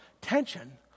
tension